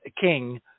King